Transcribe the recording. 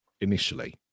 initially